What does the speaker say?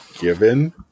given